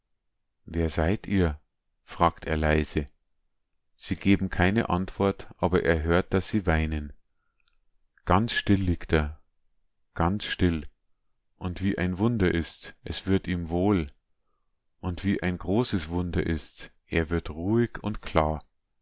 wer seid ihr fragt er leise sie geben keine antwort aber er hört daß sie weinen ganz still liegt er ganz still und wie ein wunder ist's es wird ihm wohl und wie ein großes wunder ist's er wird ruhig und klar